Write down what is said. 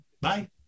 Bye